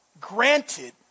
granted